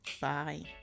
Bye